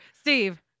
Steve